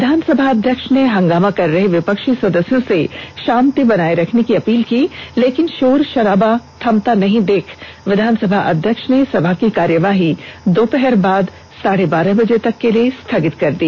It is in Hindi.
विधानसभा अध्यक्ष ने हंगामा कर रहे विपक्षी सदस्यों से शांति बनाये रखने की अपील की लेकिन शोर शराबा थमते नहीं देख विधानसभा अध्यक्ष ने सभा की कार्यवाही दोपहर बाद साढ़े बारह बजे तक के लिए स्थगित कर दी